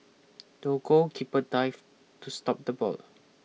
the goalkeeper dived to stop the ball